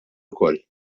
ukoll